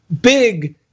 big